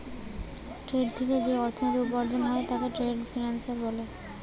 trade থিকে যেই অর্থনীতি উপার্জন হয় তাকে ট্রেড ফিন্যান্স বোলছে